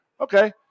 okay